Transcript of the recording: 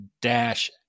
dash